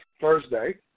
Thursday